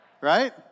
Right